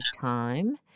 time